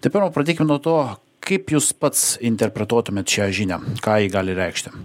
tai pirma pradėkim nuo to kaip jūs pats interpretuotumėt šią žinią ką ji gali reikšti